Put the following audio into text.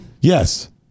Yes